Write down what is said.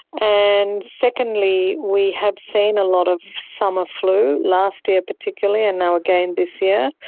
and secondly, we have seen a lot of summer flu, last year particularly, and now again this year,